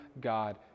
God